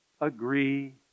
agree